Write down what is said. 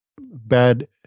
bad